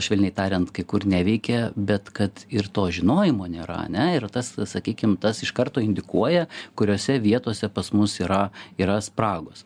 švelniai tariant kai kur neveikė bet kad ir to žinojimo nėra ane ir tas sakykim tas iš karto indikuoja kuriose vietose pas mus yra yra spragos